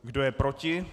Kdo je proti?